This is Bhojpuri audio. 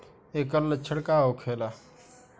ऐकर लक्षण का होखेला?